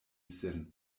sin